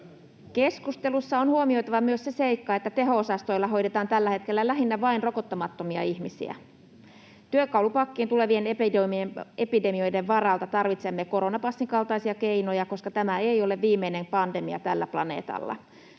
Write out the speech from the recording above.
Keskustelussa on huomioitava myös se seikka, että teho-osastoilla hoidetaan tällä hetkellä lähinnä vain rokottamattomia ihmisiä. Työkalupakkiin tulevien epidemioiden varalta tarvitsemme koronapassin kaltaisia keinoja, koska tämä ei ole viimeinen pandemia tällä planeetalla.